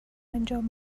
انجام